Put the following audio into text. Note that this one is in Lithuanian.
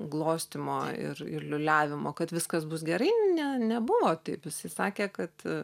glostymo ir ir liūliavimo kad viskas bus gerai ne nebuvo taip jisai sakė kad